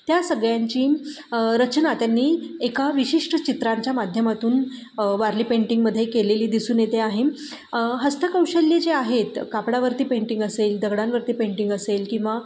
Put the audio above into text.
त्या सगळ्यांची रचना त्यांनी एका विशिष्ट चित्रांच्या माध्यमातून वारली पेंटिंगमध्ये केलेली दिसून येते आहे हस्तकौशल्य जे आहेत कापडावरती पेंटिंग असेल दगडांवरती पेंटिंग असेल किंवा